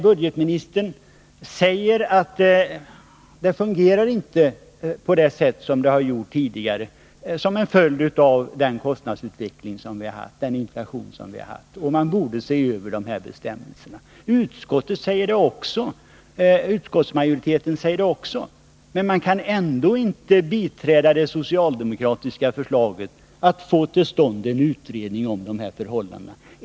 Budgetministern säger att det inte fungerar på det sätt som det har gjort tidigare, som en följd av den kostnadsutveckling och den inflation vi haft, och att man borde se över bestämmelserna. Utskottsmajoriteten säger också det, men man kan ändå inte biträda det socialdemokratiska förslaget att tillsätta en utredning om de här förhållandena.